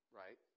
right